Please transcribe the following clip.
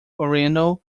oriental